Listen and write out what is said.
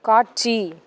காட்சி